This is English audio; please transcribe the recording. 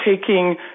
taking